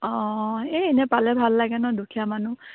অঁ এই এনেই পালে ভাল লাগে ন দুখীয়া মানুহ